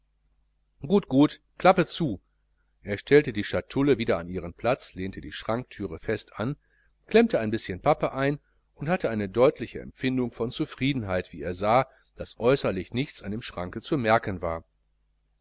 gut gut klappe zu er stellte die schatulle wieder an ihren platz lehnte die schrankthüre fest an klemmte ein bischen pappe ein und hatte eine deutliche empfindung von zufriedenheit wie er sah daß äußerlich nichts an dem schranke zu merken war